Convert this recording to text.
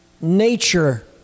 nature